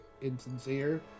insincere